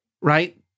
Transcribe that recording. right